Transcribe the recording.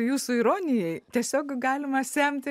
jūsų ironijai tiesiog galima semti